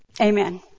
Amen